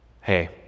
hey